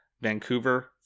Vancouver